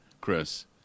Chris